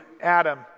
Adam